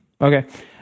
Okay